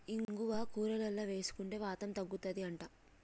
ఇంగువ కూరలల్ల వేసుకుంటే వాతం తగ్గుతది అంట